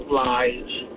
lies